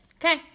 okay